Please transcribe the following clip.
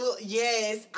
yes